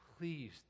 Please